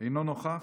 אינו נוכח,